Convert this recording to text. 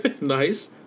Nice